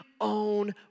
own